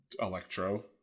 Electro